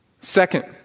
Second